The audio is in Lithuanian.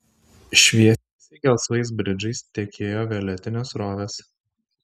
šviesiai gelsvais bridžais tekėjo violetinės srovės